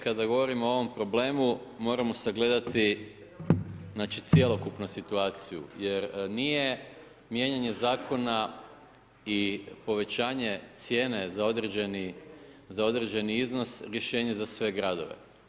Kada govorimo o ovom problemu moramo sagledati cjelokupnu situaciju jer nije mijenjanje zakona i povećanje cijene za određeni iznos rješenje za sve gradove.